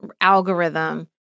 algorithm